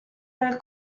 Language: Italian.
nel